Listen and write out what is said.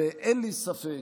אין לי ספק